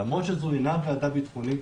למרות שזו אינה ועדה ביטחונית,